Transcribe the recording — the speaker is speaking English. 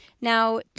Now